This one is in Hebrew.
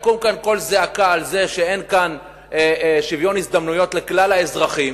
יקום קול זעקה על זה שאין כאן שוויון הזדמנויות לכלל האזרחים.